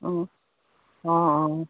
অঁ অঁ অঁ